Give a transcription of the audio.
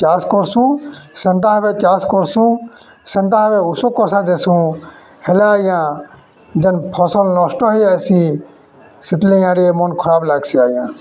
ଚାଷ୍ କର୍ସୁଁ ସେନ୍ତା ଭାବେ ଚାଷ୍ କର୍ସୁଁ ସେନ୍ତା ଭାବେ ଉଷୁ କଷା ଦେସୁଁ ହେଲେ ଆଜ୍ଞା ଯେନ୍ ଫସଲ୍ ନଷ୍ଟ ହେଇଯାଇସି ସେଥିଲାଗି ଆଜ୍ଞା ମନ୍ ଖରାପ୍ ଲାଗ୍ସି ଆଜ୍ଞା